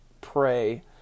pray